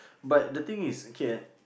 but the thing is okay